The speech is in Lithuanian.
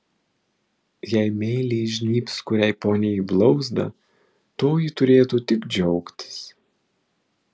jei meiliai įžnybs kuriai poniai į blauzdą toji turėtų tik džiaugtis